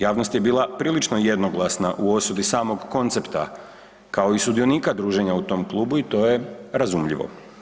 Javnost je bila prilično jednoglasna u osudi samog koncepta, kao i sudionika druženja u tom klubu i to je razumljivo.